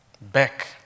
back